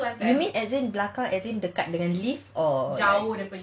you mean belakang as in the dekat dengan lift or